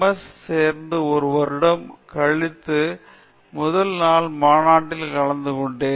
S சேர்ந்து ஒரு வருடம் கழித்து என் முதல் மாநாட்டில் கலந்துகொண்டேன்